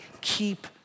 keep